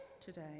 today